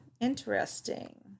interesting